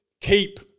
keep